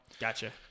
Gotcha